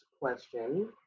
question